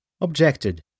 objected